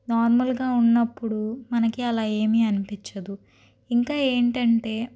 నార్మల్గా ఉన్నప్పుడు మనకి అలా ఏమీ అనిపించదు ఇంకా ఏంటంటే